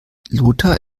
lothar